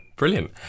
Brilliant